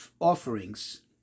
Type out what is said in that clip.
offerings